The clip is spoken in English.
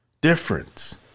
difference